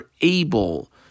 able